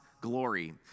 glory